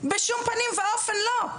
בשום פנים ואופן לא.